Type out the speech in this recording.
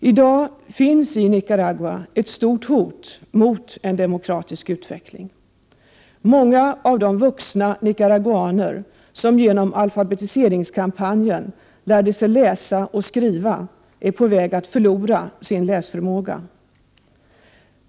I dag finns i Nicaragua ett stort hot mot en demokratisk utveckling. Många av de vuxna nicaraguaner som genom alfabetiseringskampanjen lärde sig läsa och skriva är på väg att förlora sin läsförmåga.